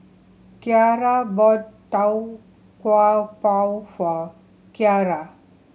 Kyara bought Tau Kwa Pau for Kyara